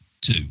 two